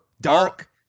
Dark